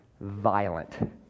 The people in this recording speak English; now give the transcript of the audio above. violent